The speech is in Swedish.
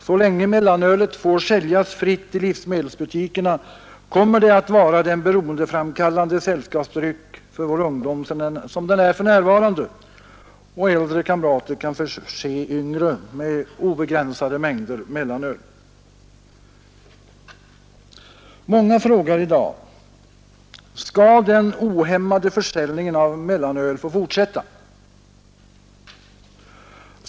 Så länge mellanölet får säljas fritt i livsmedelsbutikerna kommer det att vara den beroendeframkallande sällskapsdryck för vår ungdom som det är för närvarande, och äldre kamrater kan förse yngre med obegränsade mängder mellanöl. fortsätta?